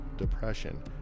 depression